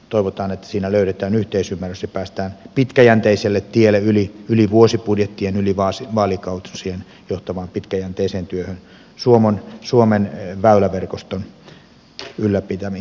toivotaan että siinä löydetään yhteisymmärrys ja päästään pitkäjänteiselle tielle yli vuosibudjettien yli vaalikausien johtavaan pitkäjänteiseen työhön suomen väyläverkoston ylläpitämiseksi